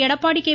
Edappadi K